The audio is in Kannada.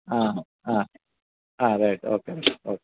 ಹಾಂ ಹಾಂ ಹಾಂ ರೈಟ್ ಓಕೆ ರೀ ಓಕೆ